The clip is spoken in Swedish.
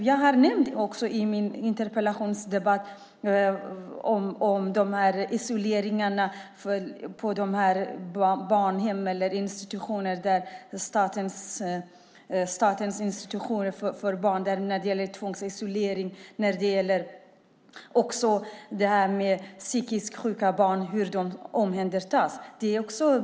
Jag har i min interpellation också tagit upp den tvångsisolering som sker på ungdomshem drivna av Statens institutionsstyrelse. Jag har också tagit upp hur psykiskt sjuka barn omhändertas.